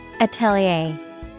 Atelier